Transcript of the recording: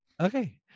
Okay